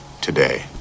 today